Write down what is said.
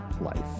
life